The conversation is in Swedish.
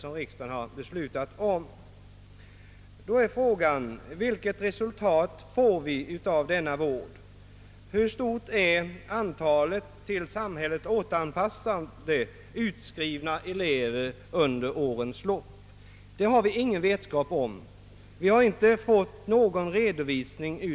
Frågan är då vilket resultat som uppnås av denna vård och hur många utskrivna elever som under årens lopp återanpassats till samhället. Detta har vi ingen vetskap om, eftersom vi inte fått någon redovisning.